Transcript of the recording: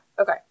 Okay